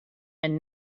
and